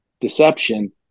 deception